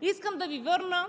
Искам да Ви върна